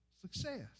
success